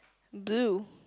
blue